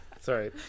sorry